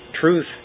Truth